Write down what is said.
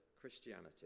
Christianity